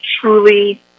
truly